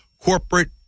Corporate